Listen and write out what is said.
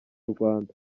rwanda